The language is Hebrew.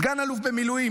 סגן אלוף במילואים,